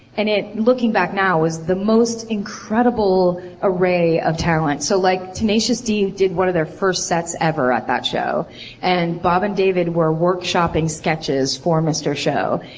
and it looking back now was the most incredible array of talent. so like, tenacious d did one of their first sets ever at that show and bob and david were workshopping sketches for mr. show.